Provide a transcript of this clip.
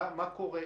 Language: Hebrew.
מה קורה,